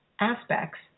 aspects